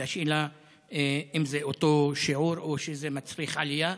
והשאלה היא אם זה אותו שיעור או שזה מצריך עלייה.